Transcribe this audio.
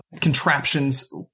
contraptions